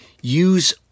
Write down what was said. use